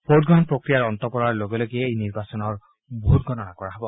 ভোটগ্ৰহণ প্ৰক্ৰিয়াৰ অন্তৰ পৰাৰ লগে লগে এই নিৰ্বাচনৰ ভোট গণনা কৰা হ'ব